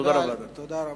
תודה רבה.